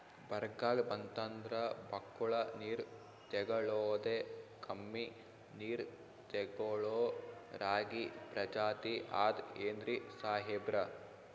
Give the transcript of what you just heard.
ಬರ್ಗಾಲ್ ಬಂತಂದ್ರ ಬಕ್ಕುಳ ನೀರ್ ತೆಗಳೋದೆ, ಕಮ್ಮಿ ನೀರ್ ತೆಗಳೋ ರಾಗಿ ಪ್ರಜಾತಿ ಆದ್ ಏನ್ರಿ ಸಾಹೇಬ್ರ?